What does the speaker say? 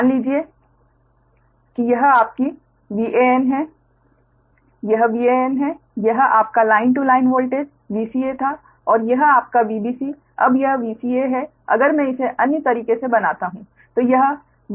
मान लीजिए कि यह आपकी Van है यह Van है यह आपका line to line voltage Vca था और यह आपका Vbc अब यह Vca है अगर मैं इसे अन्य तरीके से बनाता हूं